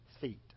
feet